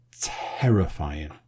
Terrifying